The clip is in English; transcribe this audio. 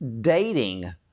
dating